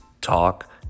talk